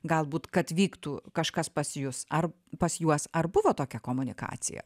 galbūt kad vyktų kažkas pas jus ar pas juos ar buvo tokia komunikacija